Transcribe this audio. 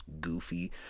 goofy